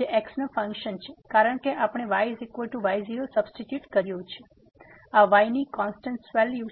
જે x નો function છે કારણ કે આપણે yy0 સબસ્ટીટ્યુટ કર્યું છે આ y ની કોન્સ્ટેન્ટ વેલ્યુ છે